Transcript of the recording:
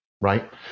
Right